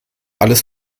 alles